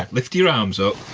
lift your arms up.